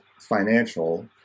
financial